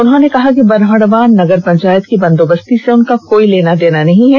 उन्होंने कहा कि बरहडवा नगर पंचायत की बंदोबस्ती से उनका कोई लेना देना नहीं है